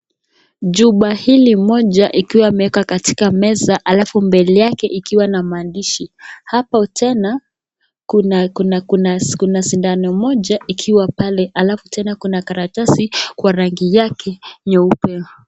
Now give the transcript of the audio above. Chupa hili moja ikiwa imeeka katika meza alafu mbele yake ikiwa na maandishi . Hapo tena kuna sindano moja ikiwa pale alafu tena kuna karatasi kwa rangi yake nyeupe.